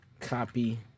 Copy